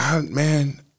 Man